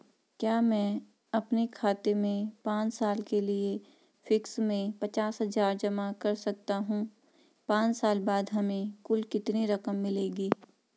क्या मैं अपने खाते में पांच साल के लिए फिक्स में पचास हज़ार जमा कर सकता हूँ पांच साल बाद हमें कुल कितनी रकम मिलेगी?